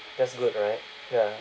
that's good right ya